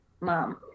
mom